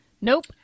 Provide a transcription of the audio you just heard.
Nope